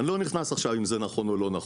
אני לא נכנס עכשיו אם זה נכון או לא נכון.